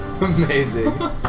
Amazing